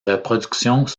reproductions